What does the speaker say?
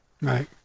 right